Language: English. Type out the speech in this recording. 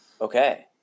okay